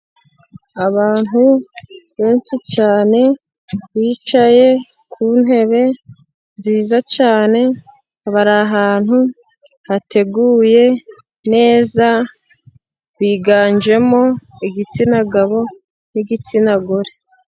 Abantu benshi cyane, bicaye ku ntebe nziza cyane, bari ahantu hateguye neza, biganjemo igitsina gabo, n'igitsina gore.